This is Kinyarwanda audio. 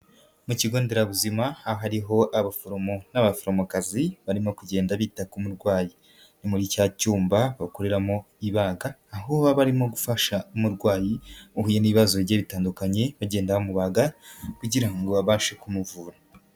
Mu kigo nderabuzima aho hariho abaforomo n'abaforomokazi, barimo kugenda bita ku umurwayi, muri cya cyumba bakorera mu ibaga, aho baba barimo gufasha umurwayi uhuye n'ibibazo bigiye bitandukanye bagenda bamubaga kugira ngo babashe kumuvura.